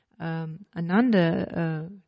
ananda